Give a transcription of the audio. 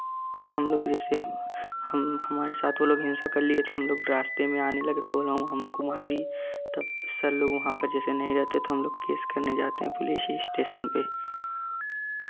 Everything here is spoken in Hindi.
हम लोग जैसे हम हमारे साथ वे लोग हिंसा कर लिए तो हम लोग रास्ते में आने लगे तो वे लोग हम हमको मार दिए तब सर लोग वहाँ पर जैसे नहीं रहते तो हम लोग केस करने जाते करने जाते पुलिस स्टेशन पर